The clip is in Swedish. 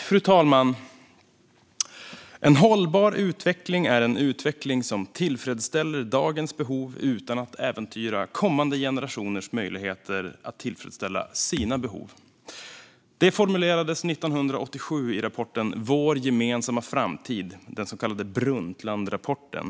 Fru talman! "En hållbar utveckling är en utveckling som tillfredsställer dagens behov utan att äventyra kommande generationers möjligheter att tillfredsställa sina behov." Detta formulerades 1987 i rapporten Vår gemensamma framtid , den så kallade Brundtlandrapporten.